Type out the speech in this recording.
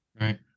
Right